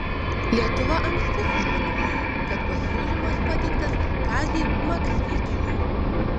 lietuva anksti sužinojo kad pasiūlymas pateiktas kaziui maksvyčiui